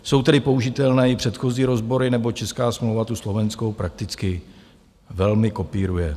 Jsou tedy použitelné i předchozí rozbory, neboť česká smlouva tu slovenskou prakticky velmi kopíruje.